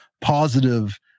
positive